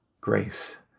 grace